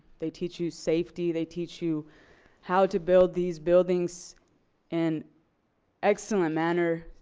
they teach you safety. they teach you how to build these buildings in excellent manner,